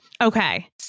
Okay